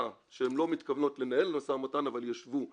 שהן לא מתכוונות לנהל משא ומתן אבל ישבו בחדר,